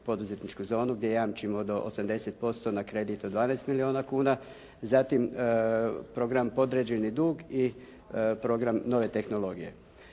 poduzetničku zonu gdje jamčimo do 80% na kredit od 12 milijona kuna, zatim program podređeni dug i program nove tehnologije.